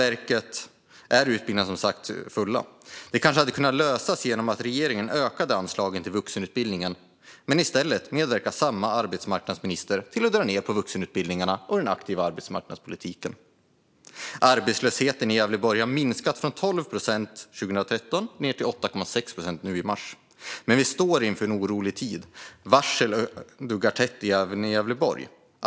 Det hade kanske kunnat lösas genom att regeringen ökade anslagen till vuxenutbildningen, men i stället medverkar samma arbetsmarknadsminister till att dra ned på vuxenutbildningen och den aktiva arbetsmarknadspolitiken. Arbetslösheten i Gävleborg har minskat från 12 procent 2013 till 8,6 procent nu i mars. Men vi står inför en orolig tid. Varslen duggar tätt även i Gävleborg.